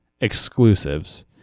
exclusives